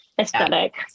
aesthetic